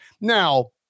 Now